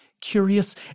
curious